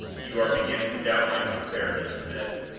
you are beginning to doubt my sincerity, he said.